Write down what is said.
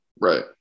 Right